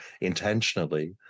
intentionally